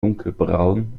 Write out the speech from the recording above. dunkelbraun